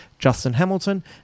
justinhamilton